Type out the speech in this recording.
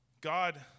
God